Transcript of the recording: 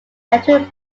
entering